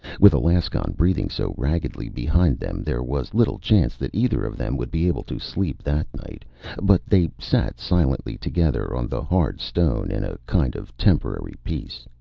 with alaskon breathing so raggedly behind them, there was little chance that either of them would be able to sleep that night but they sat silently together on the hard stone in a kind of temporary peace.